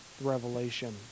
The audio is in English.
revelation